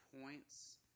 points